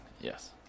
Yes